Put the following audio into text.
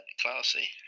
classy